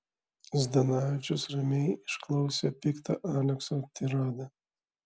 zdanavičius ramiai išklausė piktą alekso tiradą